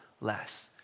less